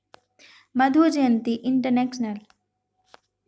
Madhu Jayanti international